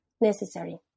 necessary